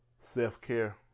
self-care